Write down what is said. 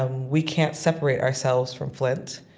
um we can't separate ourselves from flint.